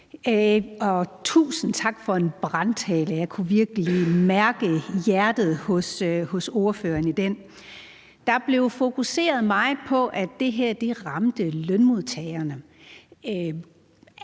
tusind tak for en brandtale; jeg kunne virkelig mærke hjertet hos ordføreren i den. Der blev fokuseret meget på, at det her ramte lønmodtagerne.